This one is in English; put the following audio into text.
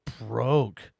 broke